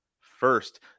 first